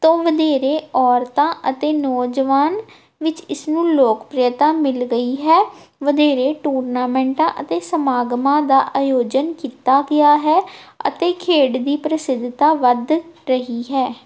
ਤੋਂ ਵਧੇਰੇ ਔਰਤਾਂ ਅਤੇ ਨੌਜਵਾਨ ਵਿੱਚ ਇਸ ਨੂੰ ਲੋਕਪ੍ਰਿਅਤਾ ਮਿਲ ਗਈ ਹੈ ਵਧੇਰੇ ਟੂਰਨਾਮੈਂਟਾਂ ਅਤੇ ਸਮਾਗਮਾਂ ਦਾ ਆਯੋਜਨ ਕੀਤਾ ਗਿਆ ਹੈ ਅਤੇ ਖੇਡ ਦੀ ਪ੍ਰਸਿੱਧਤਾ ਵੱਧ ਰਹੀ ਹੈ